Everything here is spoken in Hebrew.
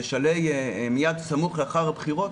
מיד סמוך לאחר הבחירות,